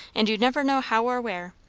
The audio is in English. and you'd never know how or where.